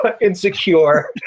insecure